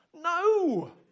no